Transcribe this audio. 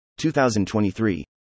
2023